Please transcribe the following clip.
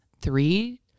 three